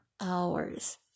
hours